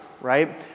right